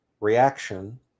reaction